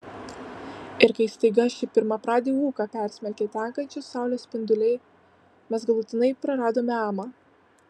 ir kai staiga šį pirmapradį ūką persmelkė tekančios saulės spinduliai mes galutinai praradome amą